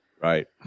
right